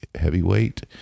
heavyweight